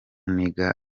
niga